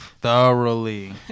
Thoroughly